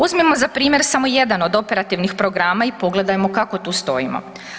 Uzmimo za primjer samo jedan od operativnih programa i pogledajmo kako tu stojimo.